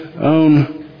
own